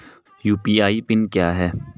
UPI PIN क्या है?